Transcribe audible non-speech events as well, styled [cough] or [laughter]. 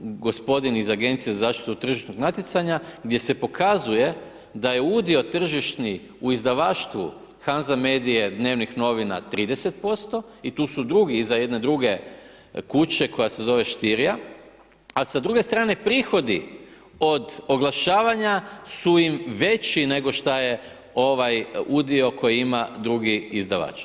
gospodin iz Agencije za zaštitu od tržišnog natjecanja gdje se pokazuje da je udio tržišni u izdavaštvu HANZA medije, dnevnih novina 30% i tu su drugi iza jedne druge kuće koja se zove ... [unintelligible] a sa druge strane, prihodi od oglašavanju su im već nego šta je ovaj udio koji ima drugi izdavač.